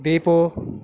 Deepu